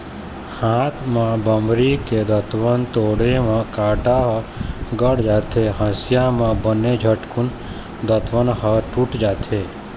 हाथ म बमरी के दतवन तोड़े म कांटा ह गड़ जाथे, हँसिया म बने झटकून दतवन ह टूट जाथे